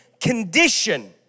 condition